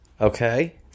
Okay